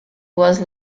was